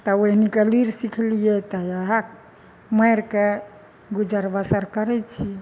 तऽ ओहनी क लुइर सिखलियै तऽ ओहए माइर कऽ गुजर बसर करै छी